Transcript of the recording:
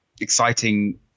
exciting